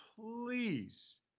please